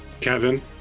Kevin